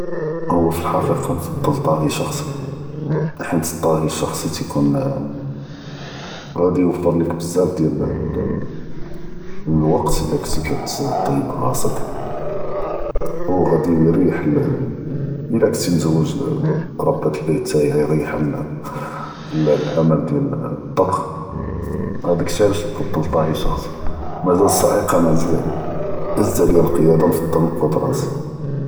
הוא فאלחקיקה נفضل טאהי שחסי, חית טאהי שחסי תיכון ראדי יוופר ליק בזאף דיאל לוקת אלא כנתי כאטיב לראסך, וראדי יריח אל.. אלא כנתי מתזווג ברבת אלבית תאהי ע’יריחה מן אלעמל דיאל אטבח, האדאכשי עלאש נفضل טאהי שחסי, ומזאל אצצעק אנה עזיז עליא, עזיז עליא אלקיאדה ונفضل.